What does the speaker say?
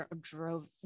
drove